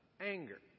anger